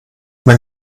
wenn